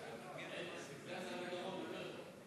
סגן שר הביטחון,